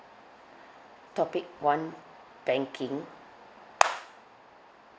topic one banking